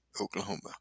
Oklahoma